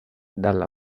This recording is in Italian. dalla